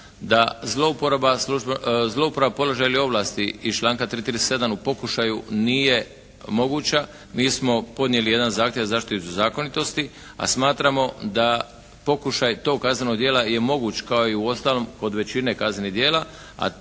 da zlouporaba položaja i ovlasti iz članka 337. u pokušaju nije moguća, mi smo podnijeli jedan zahtjev za zaštitu iz zakonitosti a smatramo da pokušaj tog kaznenog djela je moguć kao i uostalom kod većine kaznenih djela,